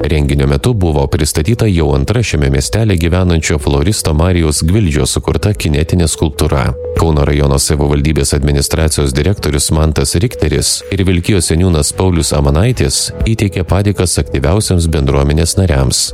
renginio metu buvo pristatyta jau antra šiame miestely gyvenančio floristo marijus gvildžio sukurta kinetinė skulptūra kauno rajono savivaldybės administracijos direktorius mantas richteris ir vilkijos seniūnas paulius amanaitis įteikė padėkas aktyviausiems bendruomenės nariams